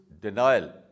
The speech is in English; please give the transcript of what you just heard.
denial